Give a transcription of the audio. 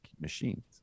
machines